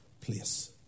place